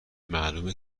معلومه